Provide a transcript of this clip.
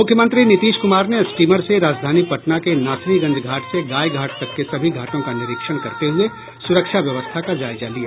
मुख्यमंत्री नीतीश कुमार ने स्टीमर से राजधानी पटना के नासरीगंज घाट से गायघाट तक के सभी घाटों का निरीक्षण करते हये स्रक्षा व्यवस्था का जायजा लिया